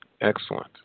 Excellent